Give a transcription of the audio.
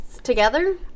Together